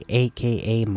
aka